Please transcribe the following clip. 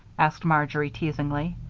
asked marjory, teasingly.